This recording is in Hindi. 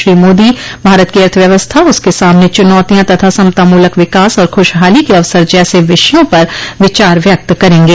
श्री मोदी भारत की अर्थव्यवस्था उसके सामने चुनौतियां तथा समतामूलक विकास और खुशहाली के अवसर जैसे विषयों पर विचार व्यक्त करेंगे